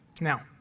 Now